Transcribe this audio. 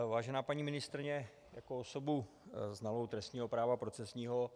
Vážená paní ministryně, jako osobu znalou trestního práva procesního...